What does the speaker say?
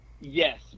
Yes